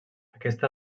aquesta